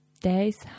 days